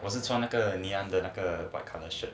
我是穿那个 ngee ann 的那个 white colour shirt